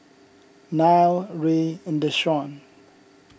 Nile Rey and Deshawn